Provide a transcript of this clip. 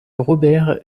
robert